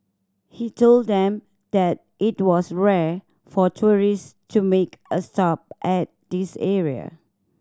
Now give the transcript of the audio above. he told them that it was rare for tourists to make a stop at this area